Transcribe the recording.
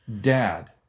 dad